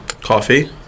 Coffee